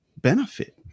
benefit